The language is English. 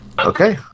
Okay